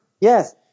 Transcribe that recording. Yes